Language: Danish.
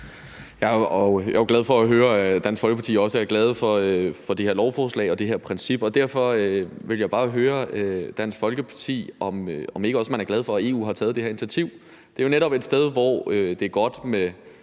Jeg er jo glad for at høre, at Dansk Folkeparti også er glade for det her lovforslag og det her princip. Derfor vil jeg bare høre Dansk Folkeparti, om man ikke også er glad for, at EU har taget det her initiativ. Det er jo netop et sted, hvor det er godt med